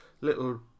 little